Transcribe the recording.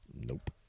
Nope